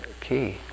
key